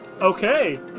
Okay